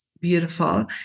beautiful